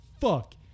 fuck